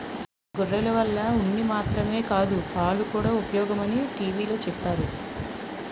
గొర్రెల వల్ల ఉన్ని మాత్రమే కాదు పాలుకూడా ఉపయోగమని టీ.వి లో చెప్పేరు